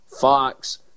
Fox